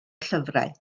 llyfrau